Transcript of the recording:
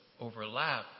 overlap